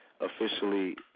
officially